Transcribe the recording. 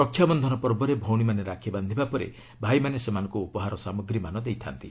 ରକ୍ଷାବନ୍ଧନ ପର୍ବରେ ଭଉଣୀମାନେ ରାକ୍ଷୀ ବାନ୍ଧିବା ପରେ ଭାଇମାନେ ସେମାନଙ୍କୁ ଉପହାର ସାମଗ୍ରୀମାନ ଦେଇଥା'ନ୍ତି